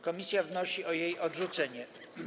Komisja wnosi o jej odrzucenie.